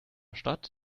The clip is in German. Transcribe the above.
stadt